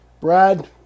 Brad